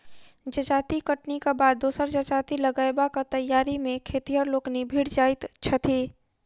जजाति कटनीक बाद दोसर जजाति लगयबाक तैयारी मे खेतिहर लोकनि भिड़ जाइत छथि